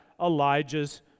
Elijah's